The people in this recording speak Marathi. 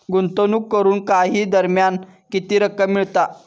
गुंतवणूक करून काही दरम्यान किती रक्कम मिळता?